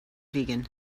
vegan